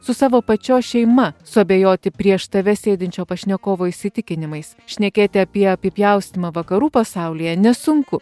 su savo pačios šeima suabejoti prieš tave sėdinčio pašnekovo įsitikinimais šnekėti apie apipjaustymą vakarų pasaulyje nesunku